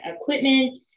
equipment